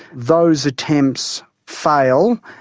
those attempts fail,